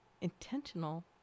intentional